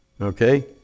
Okay